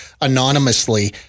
anonymously